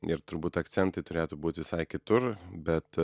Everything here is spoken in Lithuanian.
ir turbūt akcentai turėtų būt visai kitur bet